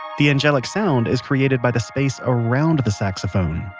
the angelic sound is created by the space around the saxophone.